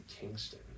Kingston